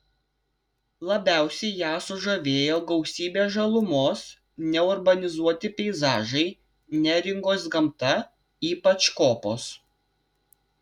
labiausiai ją sužavėjo gausybė žalumos neurbanizuoti peizažai neringos gamta ypač kopos